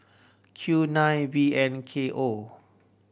Q nine V N K O